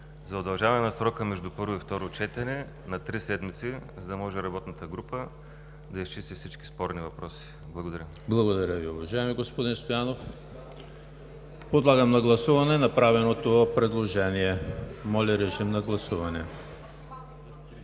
за удължаване на срока между първо и второ четене на три седмици, за да може работната група да изчисти всички спорни въпроси. Благодаря. ПРЕДСЕДАТЕЛ ЕМИЛ ХРИСТОВ: Благодаря Ви, уважаеми господин Стоянов. Подлагам на гласуване направеното предложение. (Реплики.) Отменете гласуването.